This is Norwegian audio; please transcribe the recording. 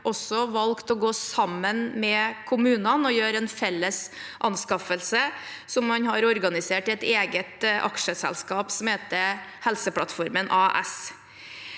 har man også valgt å gå sammen med kommunene og gjøre en felles anskaffelse som man har organisert i et eget aksjeselskap som heter Helseplattformen AS.